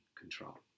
control